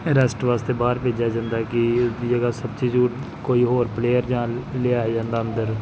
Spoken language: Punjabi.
ਰੈਸਟ ਵਾਸਤੇ ਬਾਹਰ ਭੇਜਿਆ ਜਾਂਦਾ ਕਿ ਇਸ ਦੀ ਜਗ੍ਹਾ ਸਬਸੀਟਿਊਡ ਕੋਈ ਹੋਰ ਪਲੇਅਰ ਜਾਂ ਲਿਆ ਜਾਂਦਾ ਅੰਦਰ